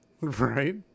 Right